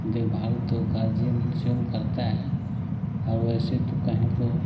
देखभाल तो गार्जियन स्वयं करता है और वैसे तो कहें तो